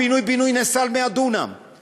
הפינוי-בינוי נעשה על 100 דונם,